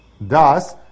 Thus